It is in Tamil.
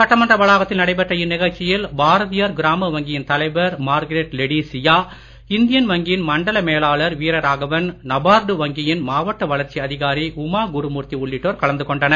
சட்டமன்ற வளாகத்தில் நடைபெற்ற இந்நிகழ்ச்சியில் பாரதியார் கிராம வங்கியின் தலைவர் மார்கரேட் லெடிசியா இந்தியன் வங்கியின் மண்டல மேலாளர் வீரராகவன் நபார்டு வங்கியின் மாவட்ட வளர்ச்சி அதிகாரி உமா குருமூர்த்தி உள்ளிட்டோர் கலந்து கொண்டனர்